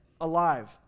alive